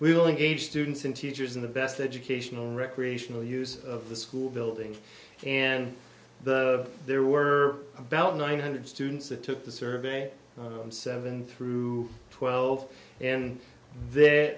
willing gauge students and teachers in the best educational recreational use of the school building and there were about nine hundred students that took the survey seven through twelve and then